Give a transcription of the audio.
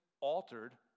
altered